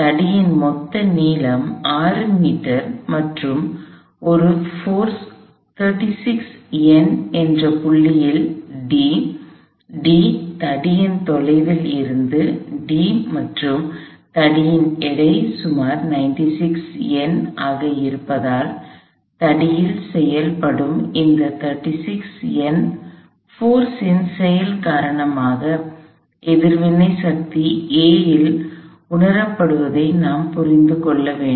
தடியின் மொத்த நீளம் 6 மீ மற்றும் ஒரு போர்ஸ் 36 N ஒரு புள்ளியில் d d தடியின் தொலைவில் இருந்து d மற்றும் தடியின் எடை சுமார் 96 N ஆக இருப்பதால் தடியில் செயல்படும் இந்த 36 N போர்ஸின் செயல் காரணமாக எதிர்வினை சக்தி A இல் உணரப்படுவதை நாம் புரிந்து கொள்ள வேண்டும்